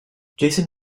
jason